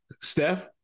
Steph